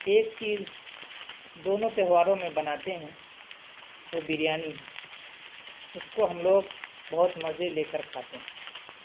ایک چیز دونوں تہواروں میں بناتے ہیں وہ بریانی ہے اس کو ہم لوگ بہت مزے لے کر کھاتے ہیں